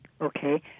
Okay